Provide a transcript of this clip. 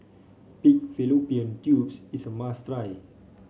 Pig Fallopian Tubes is a must try